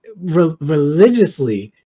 religiously